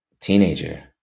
teenager